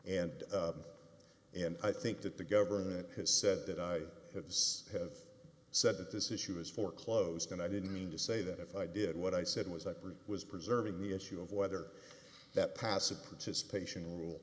and and i think that the government has said that i have said that this issue is foreclosed and i didn't mean to say that if i did what i said was i prefer was preserving the issue of whether that passive participation rule